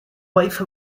wife